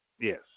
Yes